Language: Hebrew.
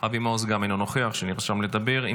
אבי מעוז, שנרשם לדבר, גם אינו נוכח.